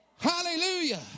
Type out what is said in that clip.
Hallelujah